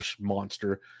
monster